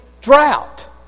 drought